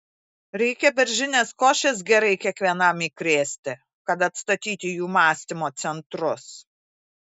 reikia beržinės košės gerai kiekvienam įkrėsti kad atstatyti jų mąstymo centrus